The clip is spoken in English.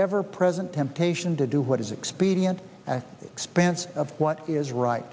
ever present temptation to do what is expedient at the expense of what is right